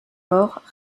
mort